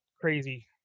crazy